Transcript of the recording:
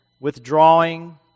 withdrawing